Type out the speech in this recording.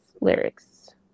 lyrics